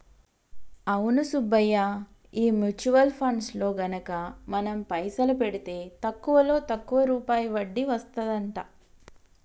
అవును సుబ్బయ్య ఈ mutual funds లో ఘనత మనం పైసలు పెడితే తక్కువలో తక్కువ రూపాయి వడ్డీ వస్తదంట